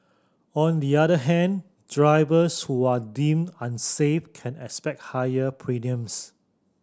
on the other hand drivers who are deemed unsafe can expect higher premiums